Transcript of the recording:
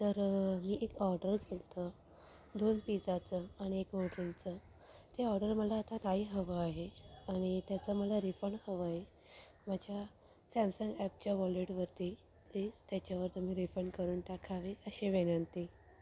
तर मी एक ऑर्डर केलं होते दोन पिझ्झाचं आणि एक कोल्ड्रिंकचं ते ऑर्डर मला आता नाही हवं आहे आणि त्याचं मला रिफंड हवं आहे माझ्या सॅमसंग ॲपच्या वॉलेटवरती प्लीज त्याच्यावर तुम्ही रिफंड करून टाका ही अशी विनंती